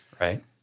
Right